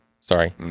Sorry